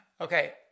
Okay